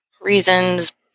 reasons